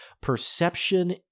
perception